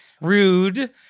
rude